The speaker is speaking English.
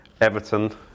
Everton